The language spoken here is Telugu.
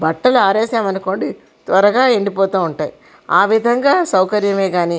బట్టలు ఆరేసాం అనుకోండి త్వరగా ఎండిపోతూ ఉంటాయి అ విధంగా సౌకర్యమే గాని